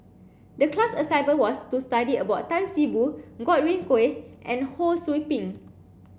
the class assignment was to study about Tan See Boo Godwin Koay and Ho Sou Ping